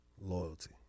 loyalty